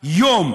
יום